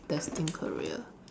destined career